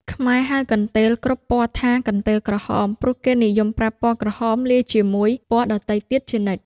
ខ្មែរហៅកន្ទេលគ្រប់ពណ៌ថា កន្ទេលក្រហម ព្រោះគេនិយមប្រើពណ៌ក្រហមលាយជាមួយពណ៌ដទៃទៀតជានិច្ច ។